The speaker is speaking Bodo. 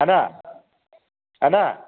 आदा आदा